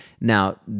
Now